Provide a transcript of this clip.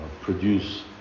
produce